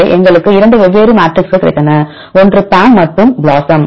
எனவே எங்களுக்கு 2 வெவ்வேறு மேட்ரிக்ஸ்கள் கிடைத்தன ஒன்று PAM மற்றும் BLOSUM